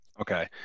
Okay